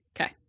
Okay